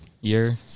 year